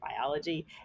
biology